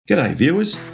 yeah viewers,